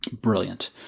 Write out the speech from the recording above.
Brilliant